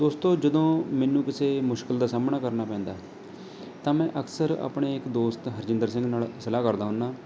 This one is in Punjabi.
ਦੋਸਤੋ ਜਦੋਂ ਮੈਨੂੰ ਕਿਸੇ ਮੁਸ਼ਕਿਲ ਦਾ ਸਾਹਮਣਾ ਕਰਨਾ ਪੈਂਦਾ ਤਾਂ ਮੈਂ ਅਕਸਰ ਆਪਣੇ ਇੱਕ ਦੋਸਤ ਹਰਜਿੰਦਰ ਸਿੰਘ ਨਾਲ਼ ਸਲਾਹ ਕਰਦਾ ਹੁੰਦਾ